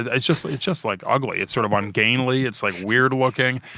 it's just like just like ugly. it's sort of ungainly. it's like weird looking,